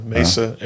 Mesa